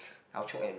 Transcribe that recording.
I will choke and